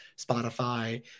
Spotify